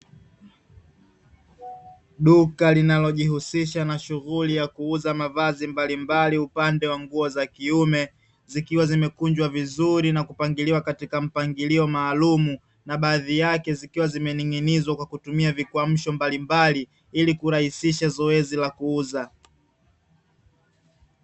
Duka linalojihusisha na shughuli ya kuuza wa mavazi mballimbali, upande wa nguo za kiume, zikiwa zimekunjwa vizuri na kupangiliwa katika mpangilio maalumu na baadhi yake zikiwa zimening'inizwa kwa kutumia vikwamsho mbalimbali, ili kurahisisha zoezi la kuuza.